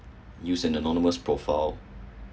use anonymous profile